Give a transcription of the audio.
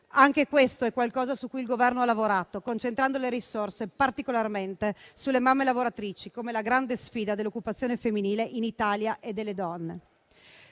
Anche questo è qualcosa su cui il Governo ha lavorato, concentrando le risorse particolarmente sulle mamme lavoratrici, come la grande sfida dell'occupazione femminile in Italia e delle donne.